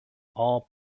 all